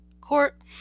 court